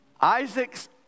Isaac's